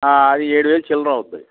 ఆ అది ఏడు వేల చిల్లర అవుతుంది